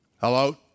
Hello